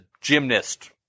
gymnast